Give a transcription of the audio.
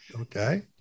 Okay